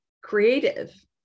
creative